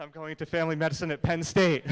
i'm going to family medicine at penn state